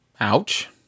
Ouch